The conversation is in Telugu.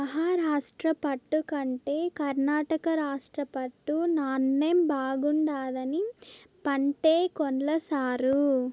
మహారాష్ట్ర పట్టు కంటే కర్ణాటక రాష్ట్ర పట్టు నాణ్ణెం బాగుండాదని పంటే కొన్ల సారూ